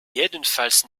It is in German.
jedenfalls